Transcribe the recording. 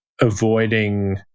avoiding